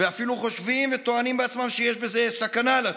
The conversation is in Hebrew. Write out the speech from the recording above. ואפילו חושבים וטוענים בעצמם שיש בזה סכנה לציבור.